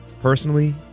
personally